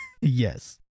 yes